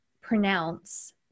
pronounce